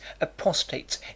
apostates